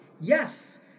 Yes